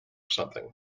something